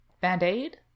Band-aid